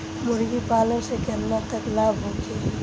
मुर्गी पालन से केतना तक लाभ होखे?